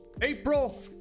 April